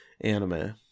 anime